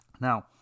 Now